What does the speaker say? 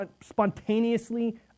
spontaneously